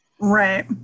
Right